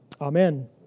Amen